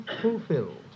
fulfilled